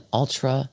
ultra